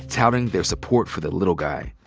touting their support for the little guy.